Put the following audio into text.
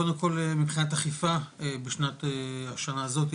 קודם כל מבחינת אכיפה השנה הזאתי,